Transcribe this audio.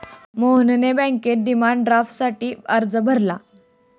मोहनने बँकेत डिमांड ड्राफ्टसाठी अर्ज भरला